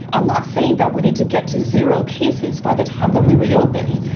i'm not saying that we need to get to zero cases by the time that we reopen.